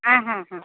হ্যাঁ হুম হুম